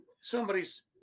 somebody's